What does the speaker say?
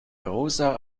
rosa